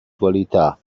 qualità